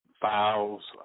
files